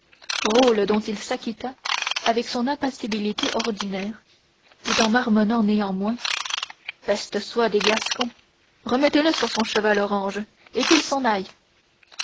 rôle dont il s'acquitta avec son impassibilité ordinaire tout en marmottant néanmoins la peste soit des gascons remettez-le sur son cheval orange et qu'il s'en aille